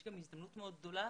יש גם הזדמנות מאוד גדולה